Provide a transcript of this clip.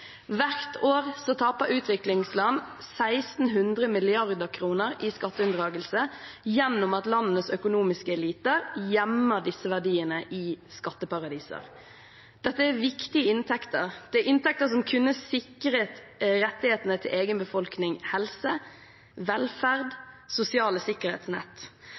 Hvert år taper utviklingsland 1 600 mrd. kr i skatteunndragelse gjennom at landenes økonomiske elite gjemmer disse verdiene i skatteparadiser. Dette er viktige inntekter, det er inntekter som kunne sikret rettighetene til egen befolkning – helse, velferd, sosiale sikkerhetsnett.